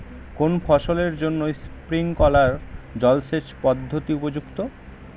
কোন ফসলের জন্য স্প্রিংকলার জলসেচ পদ্ধতি উপযুক্ত?